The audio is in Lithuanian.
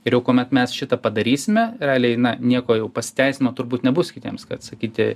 ir jau kuomet mes šitą padarysime realiai na nieko jau pasiteisinimo turbūt nebus kitiems kad sakyti